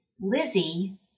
Lizzie